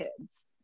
kids